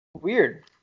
Weird